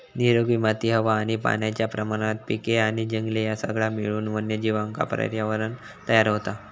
निरोगी माती हवा आणि पाण्याच्या प्रमाणात पिके आणि जंगले ह्या सगळा मिळून वन्यजीवांका पर्यावरणं तयार होता